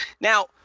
Now